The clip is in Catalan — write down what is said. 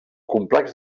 complex